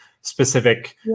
specific